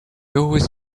always